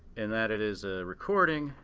in that it is a recording,